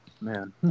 man